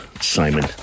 Simon